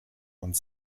und